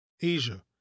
Asia